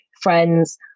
friends